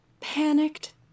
panicked